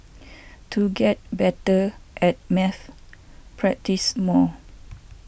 to get better at maths practise more